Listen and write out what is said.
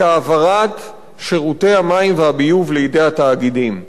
היא העברת שירותי המים והביוב לידי התאגידים.